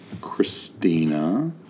Christina